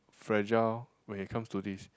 fragile when it comes to this